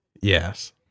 Yes